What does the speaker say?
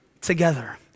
together